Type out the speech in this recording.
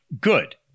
good